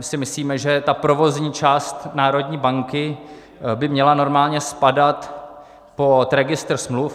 My si myslíme, že provozní část národní banky by měla normálně spadat pod registr smluv.